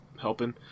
helping